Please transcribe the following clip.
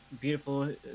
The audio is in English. beautiful